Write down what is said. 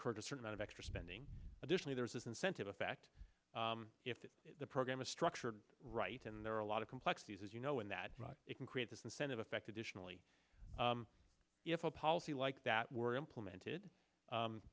encourage a certain out of extra spending additionally there is this incentive effect if the program is structured right and there are a lot of complexities as you know in that it can create this incentive effect additionally if a policy like that were implemented